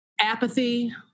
Apathy